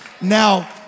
Now